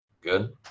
Good